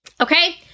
Okay